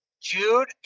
Jude